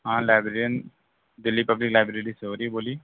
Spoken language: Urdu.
ہاں لائبریرین دلّی پبلک لائبریری سے ہو رہی بولیے